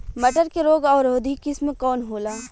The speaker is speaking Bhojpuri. मटर के रोग अवरोधी किस्म कौन होला?